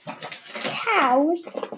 cows